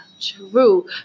true